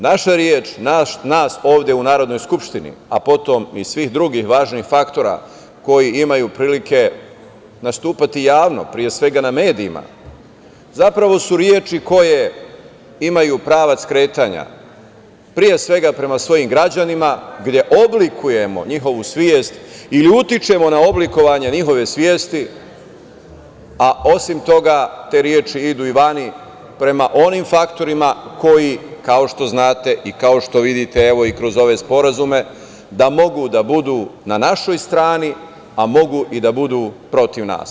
Naša reč nas ovde u Narodnoj skupštini, a potom i svih drugih važnih faktora koji imaju prilike nastupati javno, pre svega na medijima, zapravo su reči koje imaju pravac kretanja, pre svega prema svojim građanima gde oblikujemo njihovu svest ili utičemo na oblikovanje njihove svesti, a osim toga te reči idu i van prema onim faktorima koji, kao što znate i kao što vidite, evo i kroz ove sporazume, da mogu da budu na našoj strani, a mogu i da budu protiv nas.